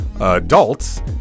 adults